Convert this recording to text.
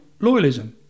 loyalism